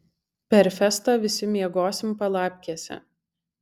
per festą visi miegosim palapkėse